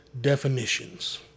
definitions